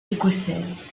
écossaise